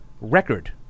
record